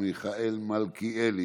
מיכאל מלכיאלי,